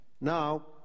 Now